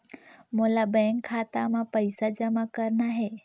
मोला बैंक खाता मां पइसा जमा करना हे?